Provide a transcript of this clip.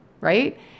right